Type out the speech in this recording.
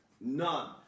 none